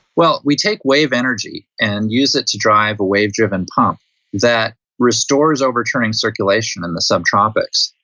well, we take wave energy and use it to drive a wave driven pump that restores overturning circulation in the subtropics.